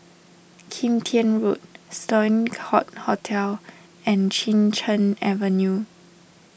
Kim Tian Road Sloane Court Hotel and Chin Cheng Avenue